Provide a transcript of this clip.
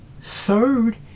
third